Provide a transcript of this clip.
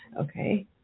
Okay